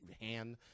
hand